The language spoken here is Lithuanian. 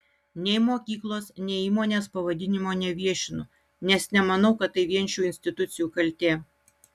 nei mokyklos nei įmonės pavadinimo neviešinu nes nemanau kad tai vien šių institucijų kaltė